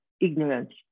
Ignorance